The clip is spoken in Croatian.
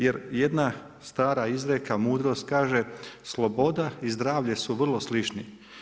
Jer jedna stara izreka, mudrost kaže sloboda i zdravlje su vrlo slični.